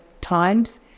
times